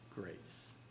grace